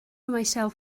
myself